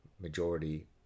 majority